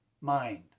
mind